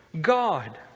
God